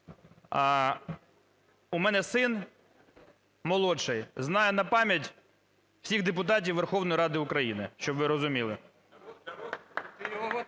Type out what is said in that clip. У мене син молодший знає напам'ять всіх народних депутатів Верховної Ради України, щоб ви розуміли.